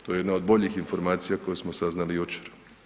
To je jedna od boljih informacija koju smo saznali jučer.